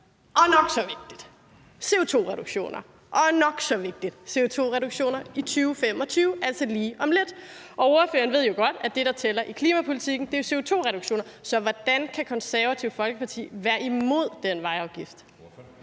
vejafgift for lastbiler. Og nok så vigtigt er de CO2-reduktioner i 2025, altså lige om lidt. Ordføreren ved jo godt, at det, der tæller i klimapolitikken, er CO2-reduktioner. Så hvordan kan Det Konservative Folkeparti være imod den vejafgift?